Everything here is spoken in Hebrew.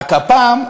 רק הפעם,